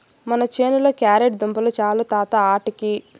మన చేనుల క్యారెట్ దుంపలు చాలు తాత ఆటికి